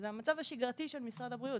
זה המצב השגרתי של משרד הבריאות.